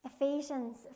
Ephesians